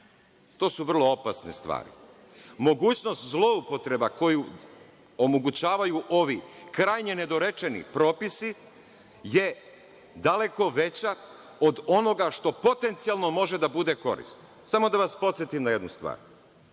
To su vrlo opasne stvari. Mogućnost zloupotreba koje omogućavaju ovi krajnje nedorečeni propisi je daleko veća od onoga što potencijalno može da bude korisno. Da vas podsetim na jednu stvar,